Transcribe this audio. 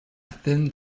thin